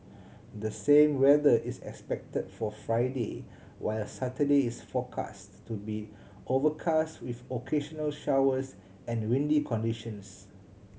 the same weather is expected for Friday while Saturday is forecast to be overcast with occasional showers and windy conditions